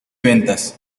ventas